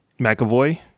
mcavoy